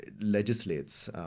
legislates